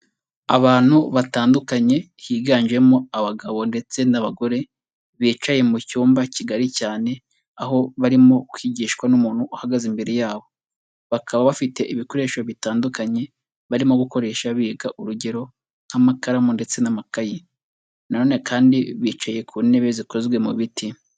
Abantu batandukanye higanjemo abagabo ndetse n'abagore, bicaye mu cyumba kigari cyane, aho barimo kwigishwa n'umuntu uhagaze imbere yabo, bakaba bafite ibikoresho bitandukanye barimo gukoresha biga urugero nk'amakaramu ndetse n'amakaye, na none kandi bicaye ku ntebe zikozwe mu biti.